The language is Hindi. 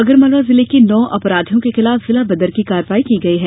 आगरमालवा जिले के नौ अपराधियों के खिलाफ जिला बदर की कार्यवाई की गई है